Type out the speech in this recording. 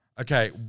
Okay